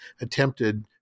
attempted